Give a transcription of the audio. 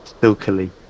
silkily